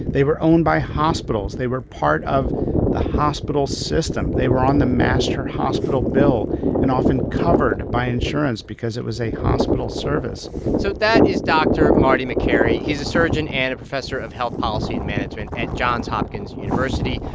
they were owned by hospitals. they were part of the hospital system. they were on the master hospital bill and often covered by insurance because it was a hospital service so that is dr. marty makary. he's a surgeon and a professor of health policy and management at johns hopkins university.